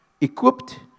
equipped